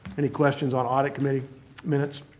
any questions on audit committee minutes?